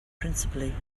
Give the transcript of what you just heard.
principally